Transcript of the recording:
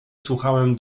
słuchałem